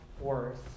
worse